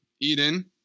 eden